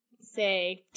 say